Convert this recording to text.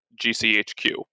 GCHQ